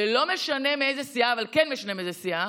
ולא משנה מאיזו סיעה אבל כן משנה מאיזה סיעה,